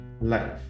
life